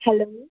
hello